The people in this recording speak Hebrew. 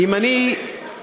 אם אני אנסה,